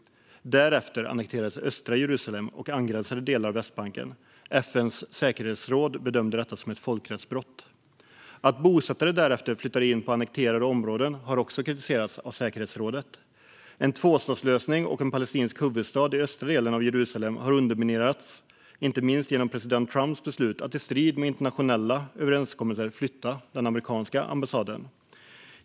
Därefter annekterades östra Jerusalem och angränsande delar av Västbanken. FN:s säkerhetsråd bedömde detta som ett folkrättsbrott. Att bosättare därefter flyttade in på annekterade områden har också kritiserats av säkerhetsrådet. En tvåstatslösning och en palestinsk huvudstad i östra delen av Jerusalem har underminerats inte minst genom president Trumps beslut att i strid med internationella överenskommelser flytta den amerikanska ambassaden.